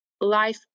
life